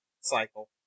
cycle